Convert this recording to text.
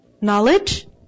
knowledge